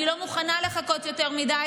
אני לא מוכנה לחכות יותר מדי,